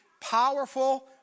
Powerful